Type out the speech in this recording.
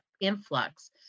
influx